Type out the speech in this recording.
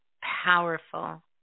Powerful